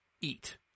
eat